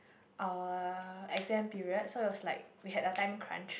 uh exam period so it was like we had a time crunch